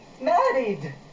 Married